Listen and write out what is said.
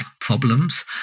problems